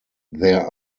there